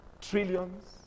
trillions